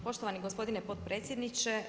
Poštovani gospodine potpredsjedniče.